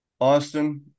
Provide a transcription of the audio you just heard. Austin